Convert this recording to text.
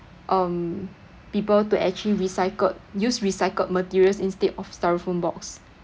um people to actually recycled use recycled materials instead of styrofoam box